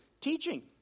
teaching